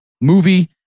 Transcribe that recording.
movie